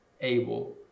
able